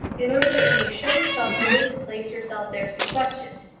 in order that you may show yourself willing to place yourself there to be questioned.